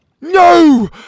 No